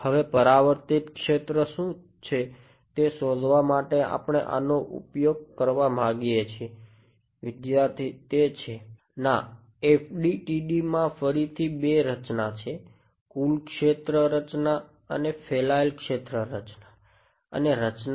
હવે પરાવર્તિત ક્ષેત્ર શું છે તે શોધવા માટે આપણે આનો ઉપયોગ કરવા માંગીએ છીએ વિદ્યાર્થી તે છે ના FDTD માં ફરીથી બે રચના